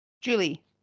Julie